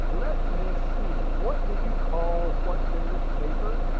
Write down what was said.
let me see, what did you call what's in this paper?